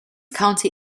county